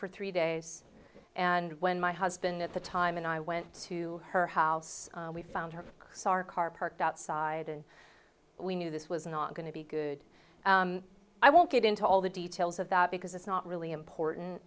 for three days and when my husband at the time and i went to her house we found her star car parked outside and we knew this was not going to be good i won't get into all the details of that because it's not really